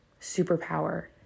superpower